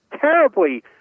terribly